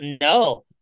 No